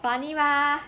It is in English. funny mah